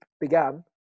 began